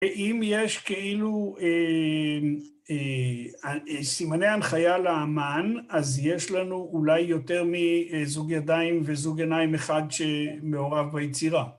אם יש כאילו סימני הנחיה לאמן, אז יש לנו אולי יותר מזוג ידיים וזוג עיניים אחד שמעורב ביצירה.